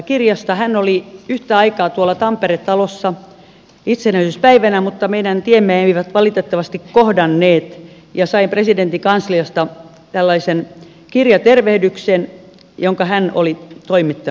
hän oli yhtä aikaa tuolla tampere talossa itsenäisyyspäivänä mutta meidän tiemme eivät valitettavasti kohdanneet ja sain presidentin kansliasta tällaisen kirjatervehdyksen jonka hän oli toimittanut sinne